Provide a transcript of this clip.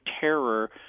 terror